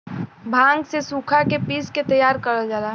भांग के सुखा के पिस के तैयार करल जाला